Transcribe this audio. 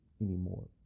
anymore